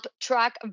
track